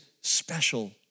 special